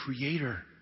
Creator